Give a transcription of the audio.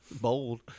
bold